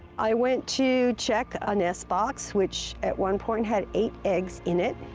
i went to check a nest box which at one point had eight eggs in it,